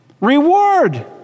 reward